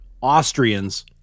Austrians